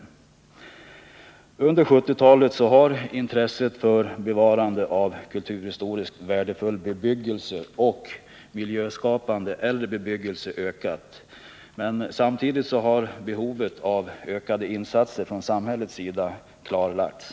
Under 1970-talet har intresset för bevarande av kulturhistoriskt värdefull bebyggelse och miljöskapande äldre bebyggelse vuxit. Men samtidigt har behovet av ökade insatser från samhällets sida klarlagts.